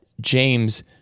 James